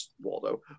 Waldo